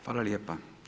Hvala lijepa.